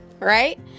right